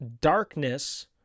darkness